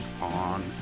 on